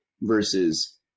versus